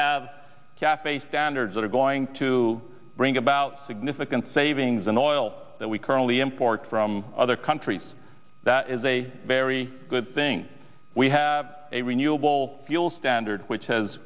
have cafe standards that are going to bring about significant savings in the oil that we currently import from other countries that is a very good thing we have a renewable fuel standard which has